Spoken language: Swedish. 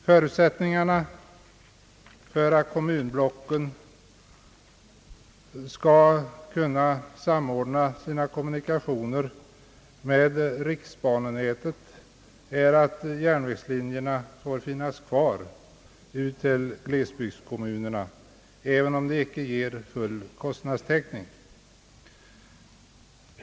Förutsättningen för att kommunblocken skall kunna samordna sina kommunikationer med riksbanenätet är att järnvägslinjerna får finnas kvar ut till glesbygdskommunerna, även om de inte ger full kostnadstäckning.